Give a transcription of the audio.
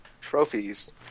Trophies